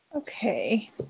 Okay